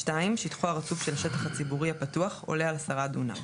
(2) שטחו הרצוף של השטח הציבורי הפתוח עולה על 10 דונם,